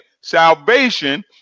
Salvation